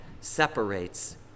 separates